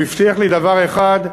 הוא הבטיח לי דבר אחד,